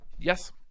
Yes